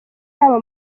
haba